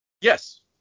Yes